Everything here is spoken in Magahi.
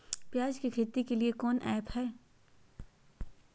प्याज के खेती के लिए कौन ऐप हाय?